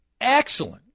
Excellent